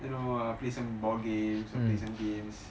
you know play some board game or play some games